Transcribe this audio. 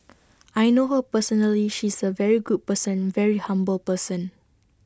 I know her personally she is A very good person very humble person